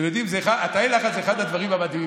אתם יודעים, תאי הלחץ זה אחד הדברים המדהימים.